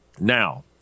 Now